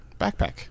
Backpack